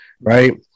Right